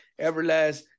Everlast